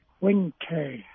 winter